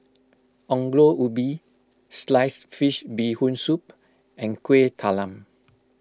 Ongol Ubi Sliced Fish Bee Hoon Soup and Kuih Talam